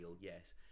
yes